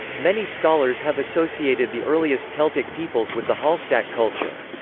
many scholars have associated the earliest celtic peoples with the hallstatt culture.